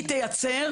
היא תייצר,